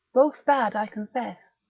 both bad, i confess,